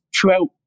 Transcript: throughout